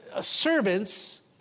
servants